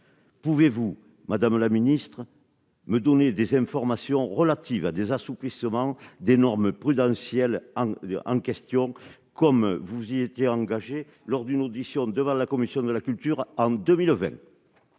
Pouvez-vous, Madame la ministre me donner des informations relatives à des assouplissements des normes prudentielles en question, comme vous y étiez engagé lors d'une audition devant la commission de la culture en 2020.